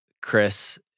Chris